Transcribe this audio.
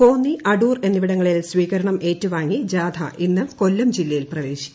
കോന്നി അടൂർ എന്നിവിടങ്ങളിൽ സ്വീകരണം ഏറ്റുവാങ്ങി ജാഥ ഇന്ന് കൊല്ലം ജില്ലയിൽ പ്രവേശിക്കും